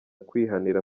kwihanira